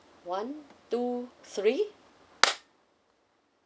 one two three